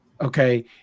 okay